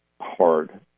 hard